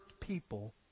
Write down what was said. people